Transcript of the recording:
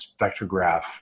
spectrograph